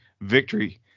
victory –